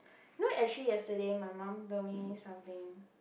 no actually yesterday my mum told me something